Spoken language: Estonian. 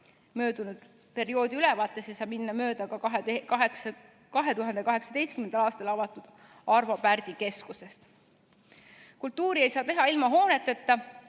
Möödunud perioodi ülevaates ei saa minna mööda ka 2018. aastal avatud Arvo Pärdi keskusest. Kultuuri ei saa teha ilma hooneteta